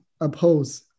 oppose